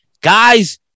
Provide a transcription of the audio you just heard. guys